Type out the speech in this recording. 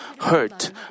hurt